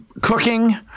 cooking